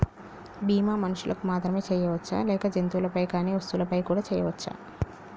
బీమా మనుషులకు మాత్రమే చెయ్యవచ్చా లేక జంతువులపై కానీ వస్తువులపై కూడా చేయ వచ్చా?